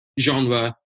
genre